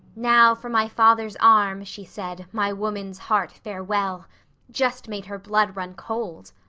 now for my father's arm she said, my woman's heart farewell just made her blood run cold.